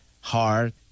hard